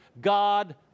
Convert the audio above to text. God